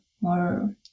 more